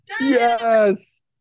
Yes